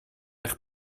eich